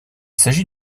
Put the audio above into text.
s’agit